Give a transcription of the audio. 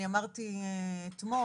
אני אמרתי אתמול,